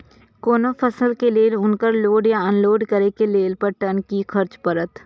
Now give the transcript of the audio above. कोनो फसल के लेल उनकर लोड या अनलोड करे के लेल पर टन कि खर्च परत?